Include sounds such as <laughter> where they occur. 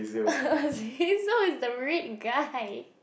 <laughs> Azazel is the red guy